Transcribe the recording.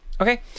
Okay